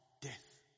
death